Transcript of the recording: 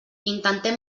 intentem